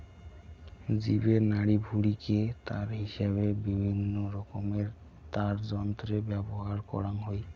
জীবের নাড়িভুঁড়িকে তার হিসাবে বিভিন্নরকমের তারযন্ত্রে ব্যবহার করাং হই